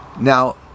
Now